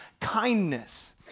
kindness